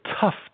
tough